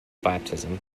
baptism